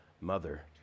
mother